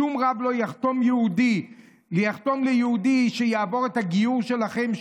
שום רב לא יחתום ליהודי שיעבור את הגיור שלכם.